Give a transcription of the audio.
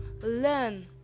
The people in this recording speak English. learn